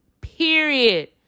Period